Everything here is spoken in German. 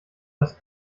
das